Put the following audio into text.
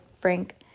Frank